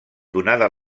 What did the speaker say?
donada